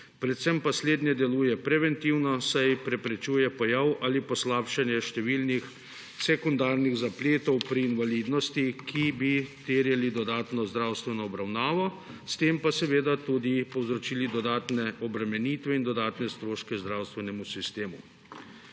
Predvsem pa slednje deluje preventivno, saj preprečuje pojav ali poslabšanje številnih sekundarnih zapletov pri invalidnosti, ki bi terjali dodatno zdravstveno obravnavo, s tem pa seveda tudi povzročili dodatne obremenitve in dodatne stroške zdravstvenemu sistemu.